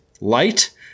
light